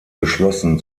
geschlossen